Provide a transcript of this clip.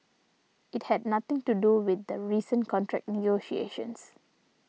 it had nothing to do with the recent contract negotiations